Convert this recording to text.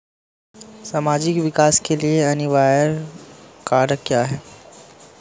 सामाजिक विकास के लिए अनिवार्य कारक क्या है?